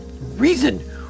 reason